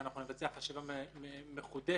שנבצע חשיבה מחודשת,